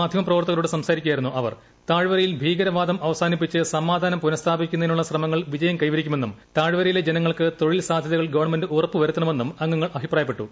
മാധ്യമപ്രവർത്തകരോട് സംസാരിക്കുകയായിരുന്നു് അവർ താഴ്വരയിൽ ഭീകരവാദം അവസാനിപ്പിച്ച് സമാധാനം പുനഃസ്ഥാപിക്കുന്നതിനുള്ള ശ്രമങ്ങൾ വിജയം കൈവരിക്കുമെന്നും താഴ്വരയിലെ ജനങ്ങൾക്ക് തൊഴിൽ സാധ്യതകൾ ഗവണ്മെന്റ് ഉറപ്പുവരുത്തണമെന്നും അംഗങ്ങൾ അഭിപ്രായപ്പെട്ടു